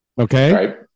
okay